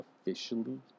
officially